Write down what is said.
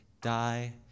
die